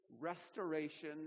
restoration